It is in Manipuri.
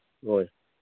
ꯍꯣꯏ